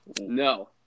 No